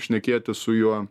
šnekėtis su juo